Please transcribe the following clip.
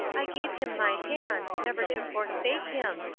i gave him my hand, never to forsake him,